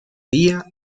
día